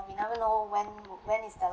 we never know when when is the